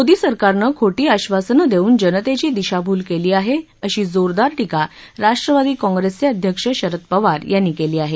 मोदी सरकारनं खोटी आश्वासनं देऊन जनतेची दिशाभूल केली आहे अशी जोरदार टीका राष्ट्रवादी काँप्रेसचे अध्यक्ष शरद पवार यांनी केली आहे